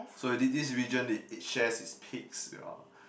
so did this region did it shares it's peaks yeah